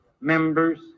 members